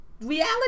reality